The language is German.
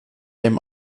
dem